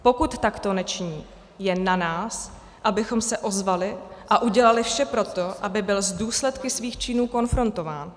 Pokud takto nečiní, je na nás, abychom se ozvali a udělali vše pro to, aby byl s důsledky svých činů konfrontován.